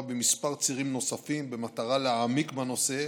בכמה צירים נוספים במטרה להעמיק בנושא,